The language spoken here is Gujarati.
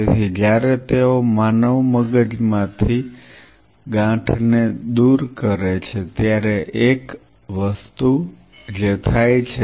તેથી જ્યારે તેઓ માનવ મગજમાંથી ગાંઠને દૂર કરે છે ત્યારે એક વસ્તુ જે થાય છે